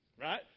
Right